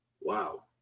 wow